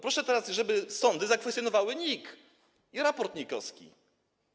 Proszę teraz, żeby sądy zakwestionowały NIK i raport NIK-u.